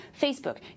Facebook